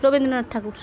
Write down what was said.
Rabindranath Thakur